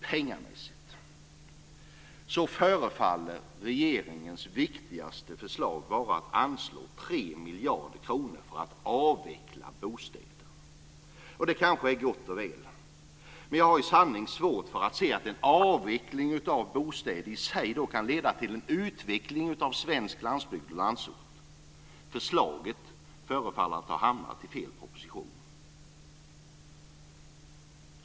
Pengamässigt förefaller regeringens viktigaste förslag vara att 3 miljarder kronor ska anslås för att avveckla bostäder. Det är kanske gott och väl, men jag har i sanning svårt att se att en avveckling av bostäder i sig kan leda till utveckling av svensk landsbygd och landsort. Förslaget förefaller ha hamnat i fel proposition.